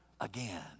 again